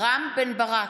רם בן ברק,